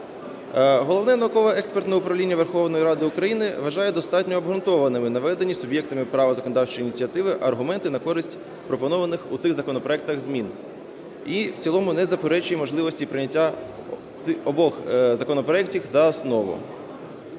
Головне науково-експертне управління Верховної Ради України вважає достатньо обґрунтованими наведені суб'єктами права законодавчої ініціативи аргументи на користь пропонованих у цих законопроектах змін, і в цілому не заперечує можливості прийняття обох законопроектів за основу.